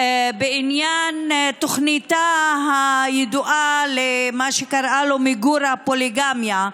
בעניין תוכניתה הידועה למה שהיא קראה לו "מיגור הפוליגמיה",